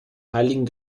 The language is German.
heiligen